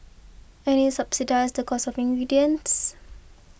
and subsidise the cost of ingredients